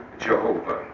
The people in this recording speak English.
Jehovah